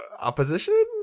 opposition